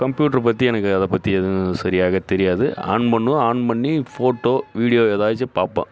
computer பற்றி எனக்கு அதைப் பற்றி எதுவும் சரியாக தெரியாது ஆன் பண்ணுவேன் ஆன் பண்ணி ஃபோட்டோ வீடியோ ஏதாச்சிம் பார்ப்பேன்